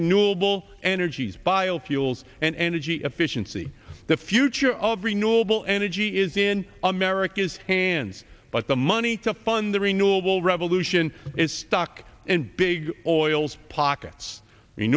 renewable energies biofuels and energy efficiency the future of renewable energy is in america's hands but the money to fund the renewable revolution is stuck in big oil's pockets